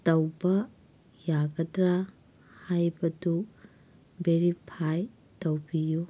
ꯇꯧꯕ ꯌꯥꯒꯗ꯭ꯔꯥ ꯍꯥꯏꯕꯗꯨ ꯕꯦꯔꯤꯐꯥꯏ ꯇꯧꯕꯤꯎ